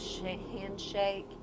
handshake